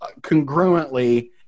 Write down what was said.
congruently